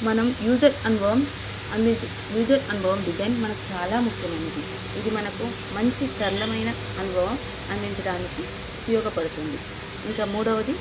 మనం యూజర్ అనుభవం అందించ యూజర్ అనుభవం డిజైన్ మనకు చాలా ముఖ్యమైనది ఇది మనకు మంచి సరలమైన అనుభవం అందించడాానికి ఉపయోగపడుతుంది ఇంకా మూడవది